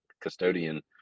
custodian